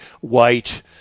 white